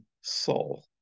soul